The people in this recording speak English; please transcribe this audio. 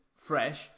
fresh